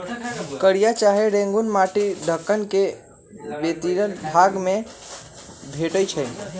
कारिया चाहे रेगुर माटि दक्कन के बेशीतर भाग में भेटै छै